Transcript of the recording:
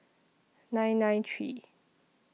nine nine three